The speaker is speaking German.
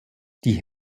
die